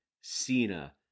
Cena